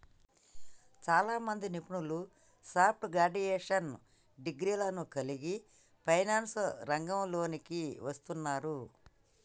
చాలామంది నిపుణులు soft graduation డిగ్రీలను కలిగి ఫైనాన్స్ రంగంలోకి వస్తున్నారు